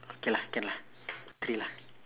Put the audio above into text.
okay lah can lah three lah